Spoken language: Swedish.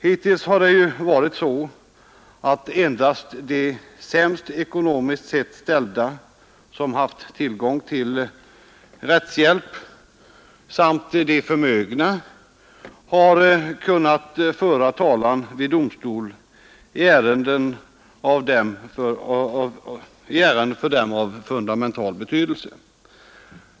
Hittills har endast de ekonomiskt sett sämst ställda som haft tillgång till rättshjälp samt de förmögna kunnat föra talan vid domstol i ärenden av för dem fundamental betydelse.